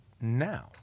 now